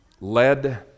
led